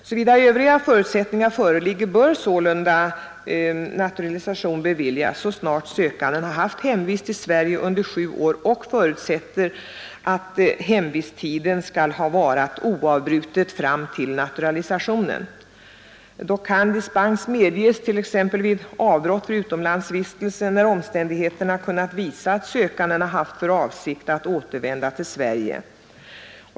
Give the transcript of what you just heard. Såvida övriga förutsättningar föreligger bör sålunda naturalisation beviljas så snart sökanden haft hemvist i Sverige under sju år, och då förutsättes att hemvisttiden skall ha varat oavbrutet fram till naturalisationen. Dock kan dispens medges t.ex. vid avbrott för utomlandsvistelse, när omständigheterna kunnat visa att sökanden haft för avsikt att återvända till Sverige.